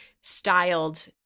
styled